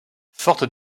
forte